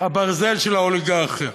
הברזל של האוליגרכיה,